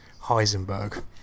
Heisenberg